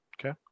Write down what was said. okay